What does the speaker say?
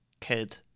kid